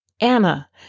Anna